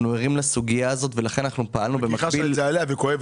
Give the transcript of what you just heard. אנחנו ערים לסוגיה הזאת ולכן אנחנו פעלנו --- היא כואבת,